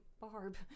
Barb